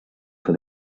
for